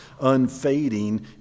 unfading